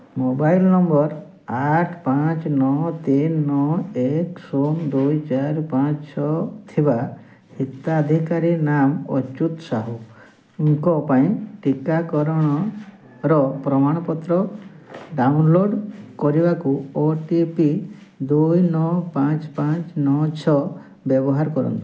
mobile number ଆଠ ପାଞ୍ଚ ନଅ ତିନି ନଅ ଏକ ଶୂନ ଦୁଇ ଚାରି ପାଞ୍ଚ ଛଅ ଥିବା ହିତାଧିକାରୀ ନାମ ଅଚ୍ୟୁତ ସାହୁଙ୍କ ପାଇଁ ଟିକାକରଣର ପ୍ରମାଣପତ୍ର ଡାଉନଲୋଡ଼୍ କରିବାକୁ ଓ ଟି ପି ଦୁଇ ନଅ ପାଞ୍ଚ ପାଞ୍ଚ ନଅ ଛଅ ବ୍ୟବହାର କରନ୍ତୁ